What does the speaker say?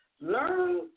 Learn